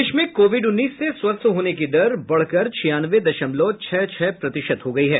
प्रदेश में कोविड उन्नीस से स्वस्थ होने की दर बढ़कर छियानवे दशमलव छह छह प्रतिशत हो गयी है